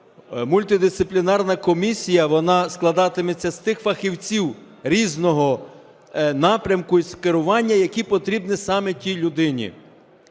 мультидисциплінарна комісія, вона складатиметься з тих фахівців різного напрямку і скерування, які потрібні саме тій людині.